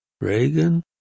Reagan